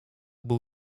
był